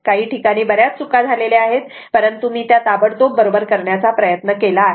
काही ठिकाणी बऱ्याच चुका झालेल्या आहेत परंतु मी ताबडतोब त्या बरोबर करण्याचा प्रयत्न केला आहे